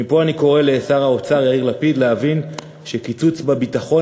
מפה אני קורא לשר האוצר יאיר לפיד להבין שקיצוץ בתקציב הביטחון,